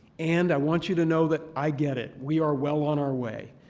and i want you to know that i get it. we are well on our way.